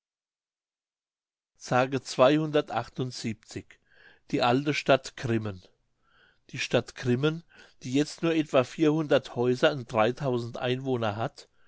die alte stadt grimmen die stadt grimmen die jetzt nur etwa häuser in einwohner hat